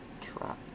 trap